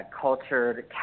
cultured